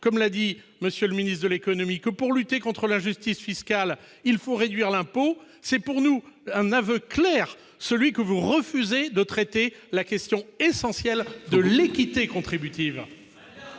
comme M. le ministre de l'économie, que, pour lutter contre l'injustice fiscale, il faut réduire l'impôt, c'est pour nous un aveu clair : vous refusez de traiter la question essentielle de l'équité contributive